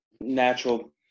natural